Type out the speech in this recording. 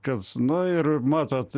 kad nu ir matot